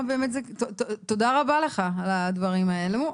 תודה רבה לך על הדברים האלה.